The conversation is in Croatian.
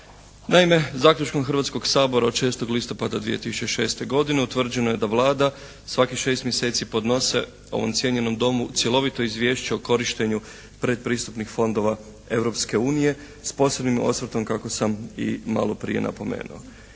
Naime, zaključkom Hrvatskoga sabora od 6. listopada 2006. godine utvrđeno je da Vlada svakih šest mjeseci podnosi ovom cijenjenom Domu cjelovito Izvješće o korištenju predpristupnih fondova Europske unije s posebnim osvrtom kako sam i malo prije napomenuo.